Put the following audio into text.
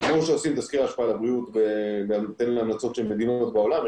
כמו שעושים תסקיר השפעה על הבריאות בהתאם להמלצות של מדינות בעולם,